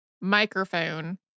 microphone